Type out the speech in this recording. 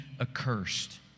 accursed